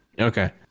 Okay